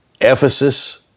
Ephesus